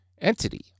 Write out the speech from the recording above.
entity